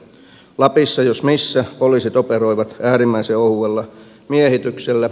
lapissa jos missä poliisit operoivat äärimmäisen ohuella miehityksellä